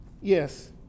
Yes